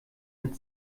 mit